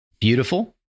beautiful